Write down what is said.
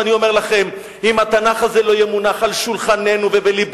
ואני אומר לכם: אם התנ"ך הזה לא יהיה מונח על שולחננו ובלבנו,